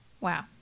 Wow